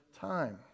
time